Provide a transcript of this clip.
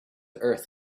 earth